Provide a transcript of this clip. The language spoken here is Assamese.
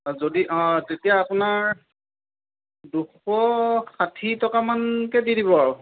যদি তেতিয়া আপোনাৰ দুশ ষাঠি টকামানকৈ দি দিব আৰু